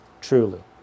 truly